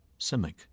Simic